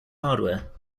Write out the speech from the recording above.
hardware